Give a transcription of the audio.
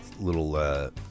Little